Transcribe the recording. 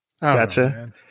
gotcha